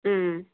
ꯎꯝ